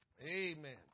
Amen